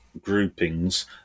groupings